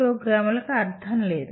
ప్రోగ్రామ్కు అర్థం లేదు